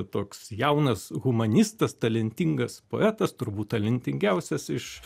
toks jaunas humanistas talentingas poetas turbūt talentingiausias iš